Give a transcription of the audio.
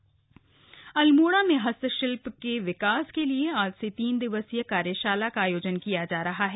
हस्तशिल्प कार्यशाला अल्मोड़ा में हस्तशिल्प के विकास के लिए आज से तीन दिवसीय कार्याशाला का आयोजन किया जा रहा है